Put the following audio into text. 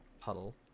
puddle